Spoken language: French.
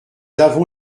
avons